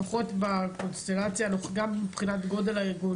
גם מבחינת גודל הארגון,